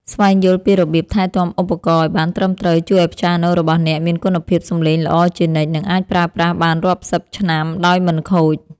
ស្វែងយល់ពីរបៀបថែទាំឧបករណ៍ឱ្យបានត្រឹមត្រូវជួយឱ្យព្យ៉ាណូរបស់អ្នកមានគុណភាពសម្លេងល្អជានិច្ច និងអាចប្រើប្រាស់បានរាប់សិបឆ្នាំដោយមិនខូច។